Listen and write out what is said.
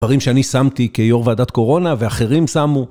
דברים שאני שמתי כיור ועדת קורונה ואחרים שמו